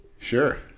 Sure